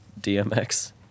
DMX